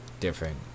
different